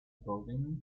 building